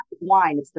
wine